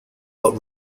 but